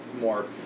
more